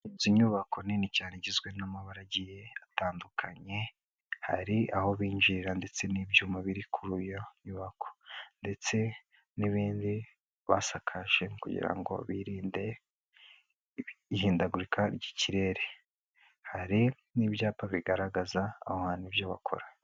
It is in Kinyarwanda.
Inzu nyubako nini cyane igizwe n'amabara agiye atandukanye, hari aho binjirira ndetse n'ibyuma biri kuri iyo nyubako ndetse n'ibindi basakaje kugira ngo birinde ihindagurika ry'ikirere, hari n'ibyapa bigaragaza aho hantu ibyo bakora.